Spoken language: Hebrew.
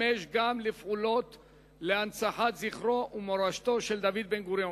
גם לפעולות להנצחת זכרו ומורשתו של דוד בן-גוריון.